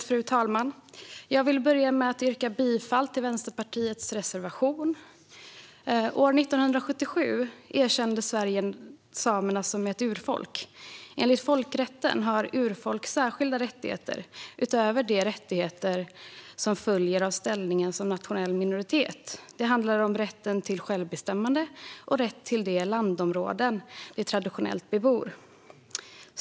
Fru talman! Jag vill börja med att yrka bifall till Vänsterpartiets reservation. År 1977 erkände Sverige samerna som ett urfolk. Enligt folkrätten har urfolk särskilda rättigheter utöver de rättigheter som följer av ställningen som nationell minoritet. Det handlar om rätt till självbestämmande och rätt till de landområden de traditionellt bebor.